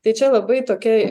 tai čia labai tokia